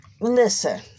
Listen